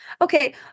Okay